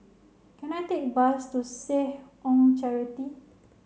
can I take a bus to Seh Ong Charity